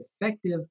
effective